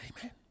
amen